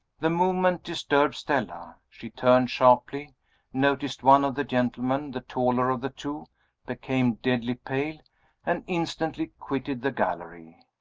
the movement disturbed stella. she turned sharply noticed one of the gentlemen, the taller of the two became deadly pale and instantly quitted the gallery.